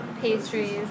pastries